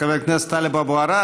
חבר הכנסת טלב אבו עראר.